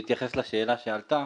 בהתייחס לשאלה שעלתה,